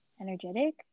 energetic